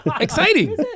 Exciting